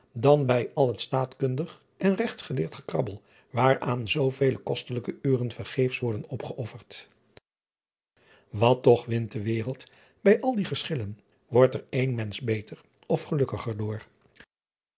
dan bij al het taatkundig en egtsgeleerd gekrabbel waaraan zoovele kostelijke uren vergeefs worden opgeofferd at toch wint de wereld bij al die geschillen ordt er één mensch beter of gelukkiger door